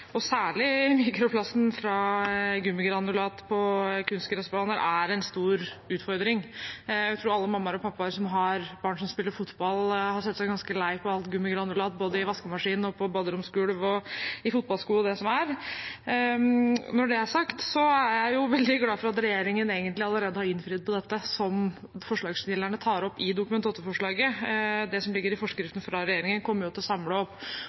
og særlig mikroplasten fra gummigranulat på kunstgressbaner, er en stor utfordring. Jeg tror alle mammaer og pappaer som har barn som spiller fotball, har sett seg ganske lei på all gummigranulat både i vaskemaskin, på baderomsgulv, i fotballsko og det som er. Når det er sagt, er jeg veldig glad for at regjeringen egentlig allerede har innfridd når det gjelder det som forslagsstillerne tar opp i Dokument 8-forslaget. Det som ligger i forskriften fra regjeringen, kommer sannsynligvis til å samle opp